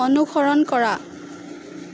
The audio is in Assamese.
অনুসৰণ কৰা